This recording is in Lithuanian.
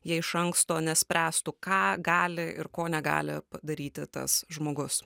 jie iš anksto nespręstų ką gali ir ko negali padaryti tas žmogus